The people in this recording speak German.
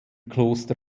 kloster